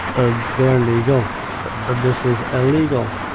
and they're legal and this is illegal,